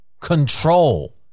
control